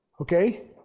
Okay